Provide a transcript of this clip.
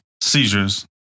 Seizures